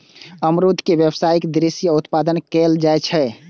अमरूद के व्यावसायिक दृषि सं उत्पादन कैल जाइ छै